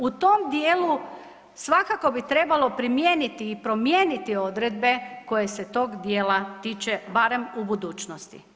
U tom dijelu svakako bi trebalo primijeniti i promijeniti odredbe koje se tog dijela tiče barem u budućnosti.